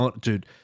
dude